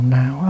now